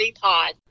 pod